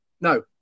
No